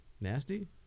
nasty